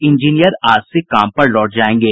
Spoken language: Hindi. इंजीनियर आज से काम पर लौट जायेंगे